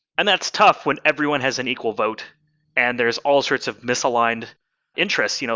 and that's tough when everyone has an equal vote and there's all sorts of misaligned interest. you know